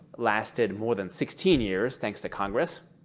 lasted more than sixteen years thanks to congress,